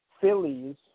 Phillies